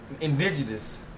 Indigenous